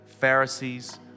Pharisees